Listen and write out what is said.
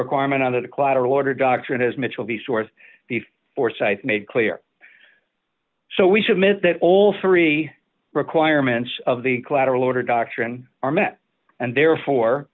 requirement of the collateral order doctrine as mitchell the source of the foresight made clear so we should miss that all three requirements of the collateral order doctrine are met and they're for